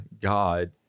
God